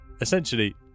Essentially